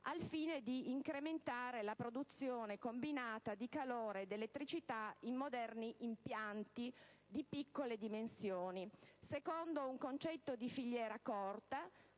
al fine di incrementare la produzione combinata di calore ed elettricità in moderni impianti di piccole dimensioni, secondo un concetto di filiera corta,